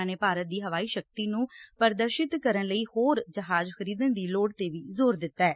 ਉਨ੍ਹਾਂ ਨੇ ਭਾਰਤ ਦੀ ਹਵਾਈ ਸ਼ਕਤੀ ਨੂੰ ਪ੍ਦਰਸ਼ਿਤ ਕਰਨ ਲਈ ਹੋਰ ਜਹਾਜ਼ ਖਰੀਦਣ ਦੀ ਲੋੜ ਤੇ ਵੀ ਜ਼ੋਰ ਦਿੱਤੈ